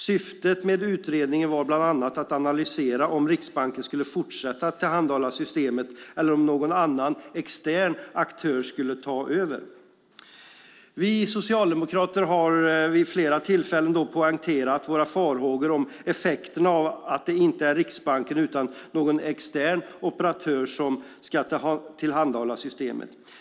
Syftet med utredningen var bland annat att analysera om Riksbanken skulle fortsätta att tillhandahålla systemet eller om någon annan extern aktör skulle ta över. Vi socialdemokrater har vid flera tillfällen poängterat våra farhågor om effekterna av att det inte är Riksbanken utan någon extern operatör som ska tillhandahålla systemet.